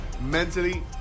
mentally